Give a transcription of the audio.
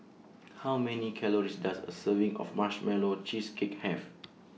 How Many Calories Does A Serving of Marshmallow Cheesecake Have